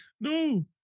no